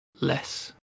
less